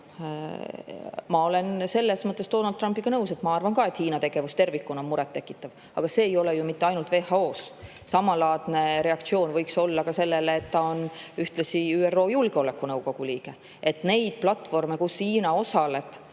Ma olen selles mõttes Donald Trumpiga nõus. Ma arvan ka, et Hiina tegevus tervikuna on muret tekitav, aga see ei ole nii ju ainult WHO-s. Samalaadne reaktsioon võiks olla ka sellele, et Hiina on ÜRO Julgeolekunõukogu liige. Neid platvorme, kus Hiina osaleb